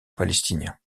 palestinien